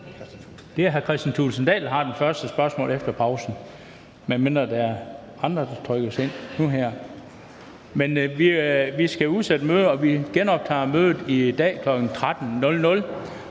vi genoptager mødet i dag kl. 13.00.